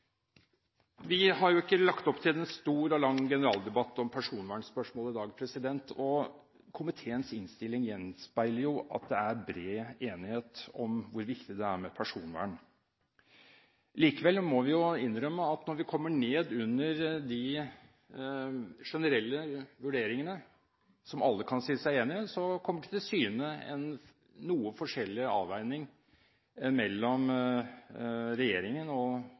innstilling gjenspeiler jo at det er bred enighet om hvor viktig det er med personvern. Likevel må vi innrømme at når vi kommer ned under de generelle vurderingene som alle kan si seg enige i, så kom det til syne en noe forskjellig avveining mellom regjeringen og